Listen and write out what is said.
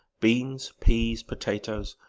beans, peas, potatoes,